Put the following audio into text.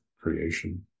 creation